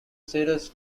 cirrus